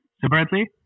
separately